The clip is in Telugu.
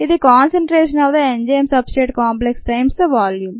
ఇది concentration of the enzyme substrate complex times the volume